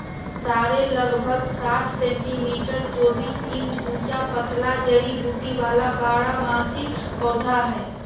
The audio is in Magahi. सॉरेल लगभग साठ सेंटीमीटर चौबीस इंच ऊंचा पतला जड़ी बूटी वाला बारहमासी पौधा हइ